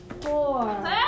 four